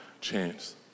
chance